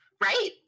Right